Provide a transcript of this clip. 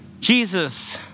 Jesus